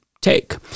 take